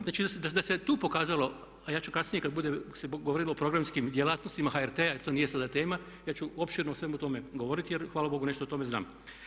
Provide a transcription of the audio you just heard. Znači, da se tu pokazalo a ja ću kasnije kad bude se govorilo o programskim djelatnostima HRT-a jer to nije sada tema, ja ću opširno o svemu tome govoriti, jer hvala bogu nešto o tome znam.